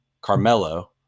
Carmelo